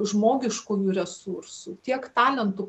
žmogiškųjų resursų tiek talentų